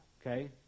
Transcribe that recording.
Okay